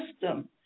system